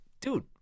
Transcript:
dude